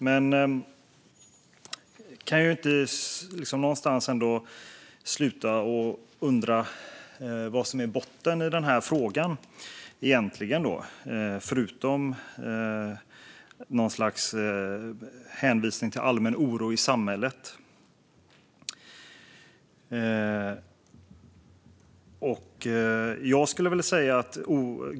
Men jag kan inte sluta undra vad denna fråga egentligen bottnar i, förutom en hänvisning till något slags allmän oro i samhället.